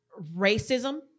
racism